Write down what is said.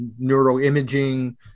neuroimaging